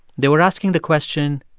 they were asking the question,